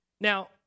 Now